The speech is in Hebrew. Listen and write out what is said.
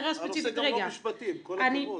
הנושא גם לא משפטי, עם כל הכבוד.